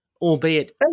albeit